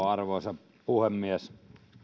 arvoisa puhemies